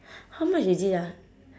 how much is it ah